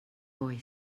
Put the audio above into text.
boy